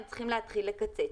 הבנקים צריכים להתחיל לקצץ.